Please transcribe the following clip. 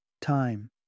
time